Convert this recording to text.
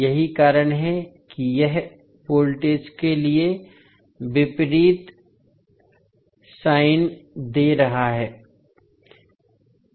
यही कारण है कि यह वोल्टेज के लिए विपरीत संकेत दे रहा था